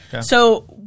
So-